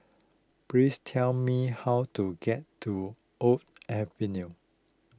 please tell me how to get to Oak Avenue